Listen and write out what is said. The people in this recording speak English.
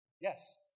Yes